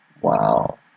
Wow